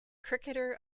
cricketer